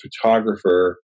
photographer